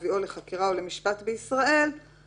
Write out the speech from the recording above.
כאן כרגע הוא האם התקופה הזאת תיחשב בהתיישנות של הנאשם.